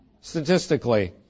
statistically